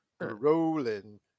Rolling